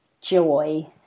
joy